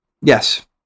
yes